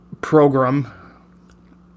program